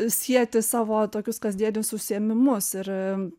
sieti savo tokius kasdienius užsiėmimus ir e